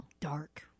Dark